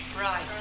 Right